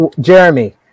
Jeremy